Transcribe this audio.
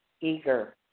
eager